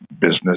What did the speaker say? business